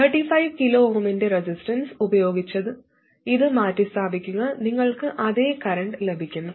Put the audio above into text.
35 kΩ ന്റെ റെസിസ്റ്റൻസ് ഉപയോഗിച്ച് ഇത് മാറ്റിസ്ഥാപിക്കുക നിങ്ങൾക്ക് അതേ കറന്റ് ലഭിക്കും